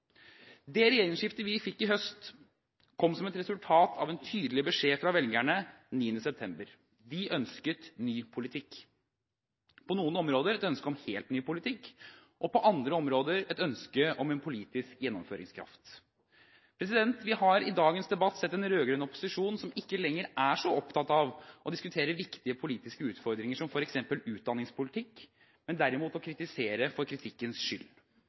Det regjeringsskiftet vi fikk i høst, kom som et resultat av en tydelig beskjed fra velgerne 9. september. De ønsket ny politikk. På noen områder var det et ønske om helt ny politikk, mens det på andre områder var et ønske om politisk gjennomføringskraft. Vi har i dagens debatt sett en rød-grønn opposisjon som ikke lenger er så opptatt av å diskutere viktige politiske utfordringer, som f.eks. utdanningspolitikk, men som derimot kritiserer for kritikkens skyld.